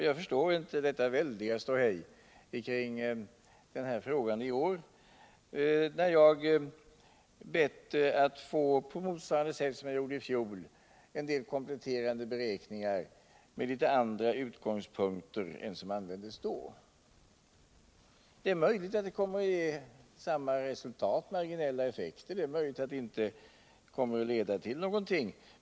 Jag förstår inte detta väldiga ståhej kring denna fråga i år, när jag på motsvarande sätt som i fjol bett att få en del kompletterande beräkningar med litet andra utgångspunkter än då. Det är möjligt att den utredningen kommer att ge samma resultat, nämligen att effekterna blir marginella, och det är möjligt att det inte kommer att leda till någonting.